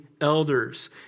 Elders